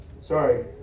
Sorry